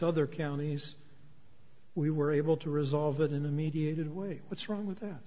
other counties we were able to resolve it in a mediated way what's wrong with that